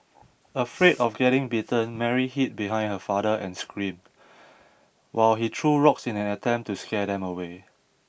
afraid of getting bitten Mary hid behind her father and screamed while he threw rocks in an attempt to scare them away